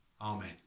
Amen